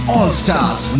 All-Stars